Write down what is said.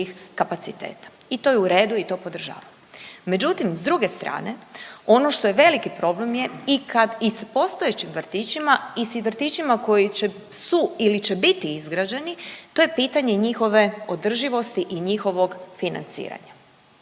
I to je u redu i to podržavam. Međutim, s druge strane ono što je veliki problem je i kad i s postojećim vrtićama i s vrtićima koji će, su ili će biti izgrađeni to je pitanje njihove održivosti i njihovog financiranja.